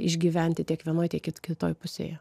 išgyventi tiek vienoj tiek ir kitoj pusėje